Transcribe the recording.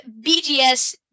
BGS